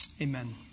amen